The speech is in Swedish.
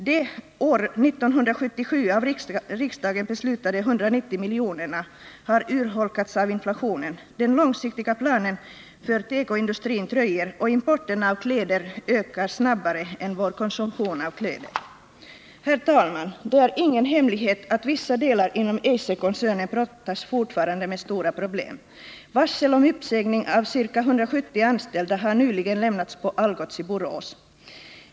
De år 1977 av riksdagen beslutade 190 miljonerna har urholkats av inflationen, den långsiktiga planen för tekoindustrin dröjer och importen av kläder ökar snabbare än vår konsumtion av kläder. Herr talman! Det är ingen hemlighet att vissa delar inom Eiserkoncernen fortfarande brottas med stora problem. Varsel om uppsägning av ca 170 anställda har nyligen lämnats på Algots i Borås.